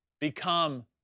become